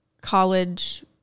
college